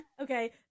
okay